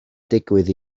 digwydd